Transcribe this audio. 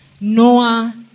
Noah